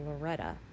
Loretta